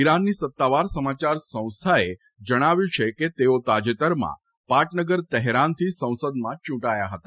ઇરાનની સત્તાવાર સમાચાર સંસ્થાએ જણાવ્યું છે કે તેઓ તાજેતરમાં પાટનગર તહેરાનથી સંસદમાં ચૂંટાયા હતા